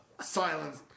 silence